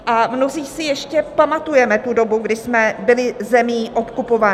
A mnozí si ještě pamatujeme dobu, kdy jsme byli zemí okupovanou.